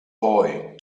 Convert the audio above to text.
boy